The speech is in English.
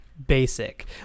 basic